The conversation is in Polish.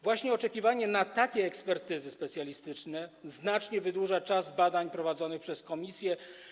Właśnie oczekiwanie na takie ekspertyzy specjalistyczne znacznie wydłuża czas badań prowadzonych przez komisję.